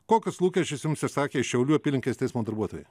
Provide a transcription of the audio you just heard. kokius lūkesčius jums išsakė šiaulių apylinkės teismo darbuotojai